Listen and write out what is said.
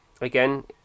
Again